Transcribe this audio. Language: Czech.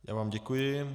Já vám děkuji.